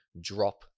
drop